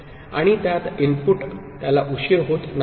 आणि त्यात इनपुट त्याला उशीर होत नाही